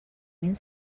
mil